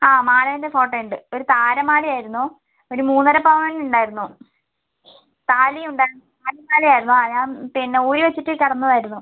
ആ മാലേൻ്റെ ഫോട്ടോയുണ്ട് ഒരു താര മാലയായിരുന്നു ഒരു മൂന്നര പവൻ ഉണ്ടായിരുന്നു താലിയുണ്ടായിരുന്നു താലിമാല ആയിരുന്നു അത് ഞാൻ പിന്നെ ഊരി വെച്ചിട്ട് കിടന്നതായിരുന്നു